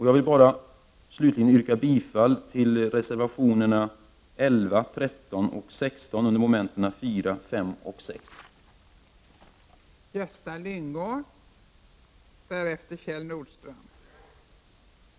Jag vill slutligen yrka bifall till reservationerna 11, 13 och 16 under mom. 4, 5 och 6 i utskottets hemställan.